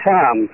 Tom